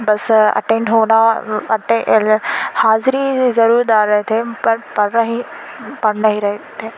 بس اٹینڈ ہونا حاضری ضرور ڈال رہے تھے پر پر رہی پڑھ نہیں رہے تھے